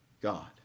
God